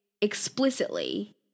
explicitly